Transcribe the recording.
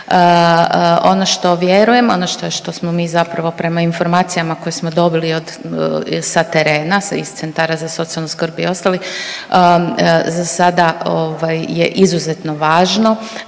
Ono što vjerujem, ono što smo mi zapravo prema informacijama koje smo dobili od, sa terena iz centara za socijalnu skrb i ostalih zasada ovaj je izuzetno važno